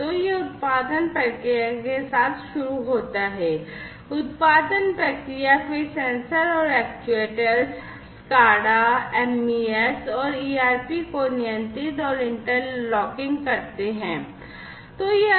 तो यह उत्पादन प्रक्रिया के साथ शुरू होता है उत्पादन प्रक्रिया फिर सेंसर और एक्ट्यूएटर्स SCADA MES और ERP को नियंत्रित और इंटरलॉकिंग करते हैं